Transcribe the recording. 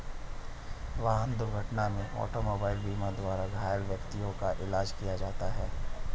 वाहन दुर्घटना में ऑटोमोबाइल बीमा द्वारा घायल व्यक्तियों का इलाज किया जाता है